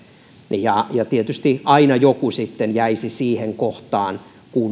ja ja tietysti aina joku sitten jäisi siihen kohtaan